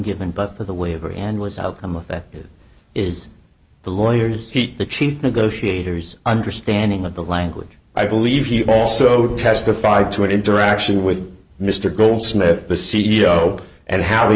given but for the waiver and was outcome of that is the lawyers keep the chief negotiators understanding of the language i believe he also testified to an interaction with mr goldsmith the c e o and how they